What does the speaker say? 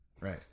Right